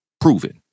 Proven